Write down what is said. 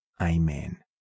Amen